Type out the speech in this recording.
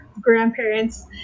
grandparents